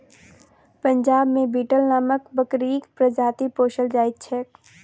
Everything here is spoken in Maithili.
पंजाब मे बीटल नामक बकरीक प्रजाति पोसल जाइत छैक